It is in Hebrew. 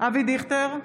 אבי דיכטר,